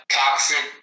toxic